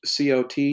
COT